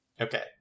Okay